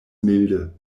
milde